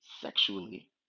sexually